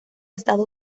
estado